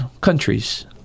countries